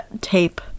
tape